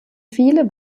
viele